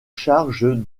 charges